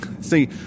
See